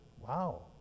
wow